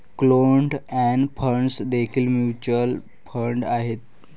closed end funds देखील mutual fund आहेत